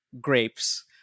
grapes